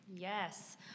Yes